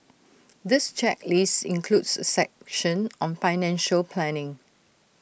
this checklist includes A section on financial planning